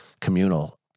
communal